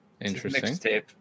interesting